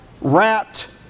wrapped